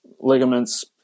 ligaments